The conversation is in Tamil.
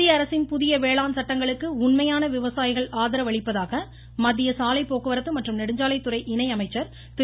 மத்திய அரசின் புதிய வேளாண் சட்டங்களுக்கு உண்மையான விவசாயிகள் ஆதரவு அளிப்பதாக மத்திய சாலை போக்குவரத்து மற்றும் நெடுஞ்சாலைத்துறை இணை அமைச்சர் திரு